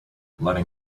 letting